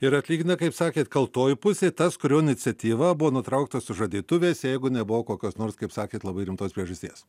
ir atlygina kaip sakėt kaltoji pusė tas kurio iniciatyva buvo nutrauktos sužadėtuvės jeigu nebuvo kokios nors kaip sakėt labai rimtos priežasties